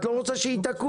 את לא רוצה שהיא תקום?